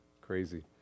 Crazy